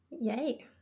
yay